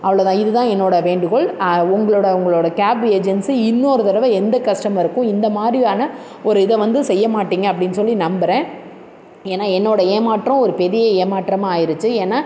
அவ்வளோ தான் இது தான் என்னோடய வேண்டுகோள் உங்களோடய உங்களோடய கேப் ஏஜென்சி இன்னொரு தடவ எந்த கஸ்டமருக்கும் இந்த மாதிரியான ஒரு இதை வந்து செய்யமாட்டீங்க அப்படின் சொல்லி நம்பறேன் ஏன்னால் என்னோடய ஏமாற்றம் ஒரு பெரிய ஏமாற்றமாக ஆயிடுச்சி ஏன்னால்